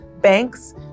banks